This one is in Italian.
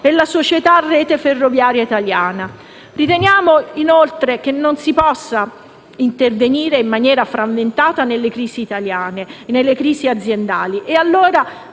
e la società Rete ferroviaria italiana. Riteniamo, inoltre, che non si possa intervenire in maniera frammentata nelle crisi aziendali, e quindi